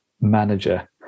manager